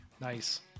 Nice